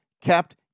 kept